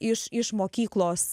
iš iš mokyklos